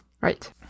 Right